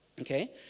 Okay